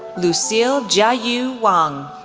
lucille jiayu wang,